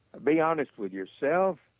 be honest with yourself,